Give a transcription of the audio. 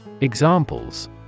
Examples